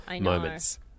moments